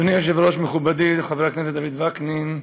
אדוני היושב-ראש מכובדי חבר הכנסת דוד וקנין.